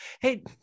Hey